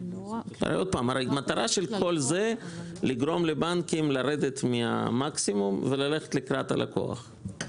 הרי המטרה של כל זה היא לגרום לבנקים לרדת מהמקסימום וללכת לקראת הלקוח.